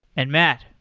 and, matt,